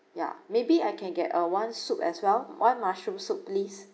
ya maybe I can get uh one soup as well one mushroom soup please